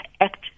act